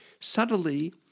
Subtly